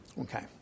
Okay